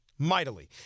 mightily